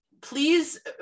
please